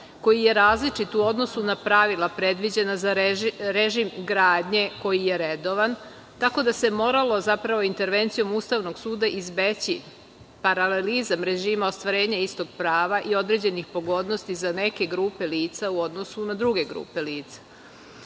koji je različit u odnosu na pravila predviđena za režim gradnje koji je redovan, tako da se moralo intervencijom Ustavnog suda izbeći paralelizam režima ostvarenja istog prava i određenih pogodnosti za neke grupe lica u odnosu na druge grupe lica.S